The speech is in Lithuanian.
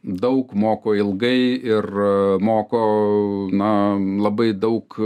daug moko ilgai ir moko na labai daug